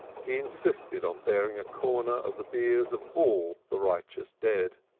he insisted on bearing a corner of the biers of all the righteous dead.